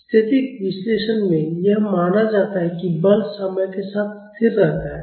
स्थैतिक विश्लेषण में यह माना जाता है कि बल समय के साथ स्थिर रहता है